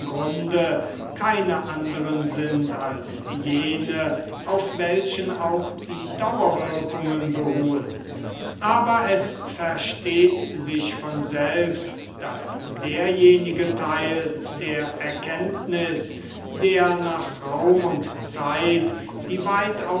grunde keine anderen sind als jene auf welchen auch die dauerwirkungen beruhen aber es versteht sich von selbst daß derjenige teil der erkenntnis der nach raum und zeit die